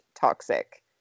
toxic